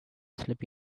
slip